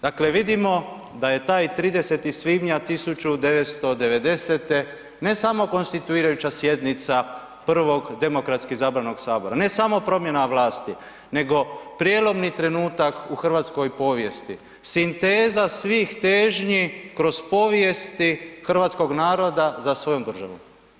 Dakle vidimo da je taj 30. svibnja 1990. ne samo konstituirajuća sjednica prvog demokratski izabranog Sabora, ne samo promjena vlasti nego prijelomni trenutak u hrvatskoj povijesti, sinteza svih težnji kroz povijesti hrvatskog naroda za svojom državom.